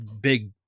big